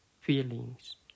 feelings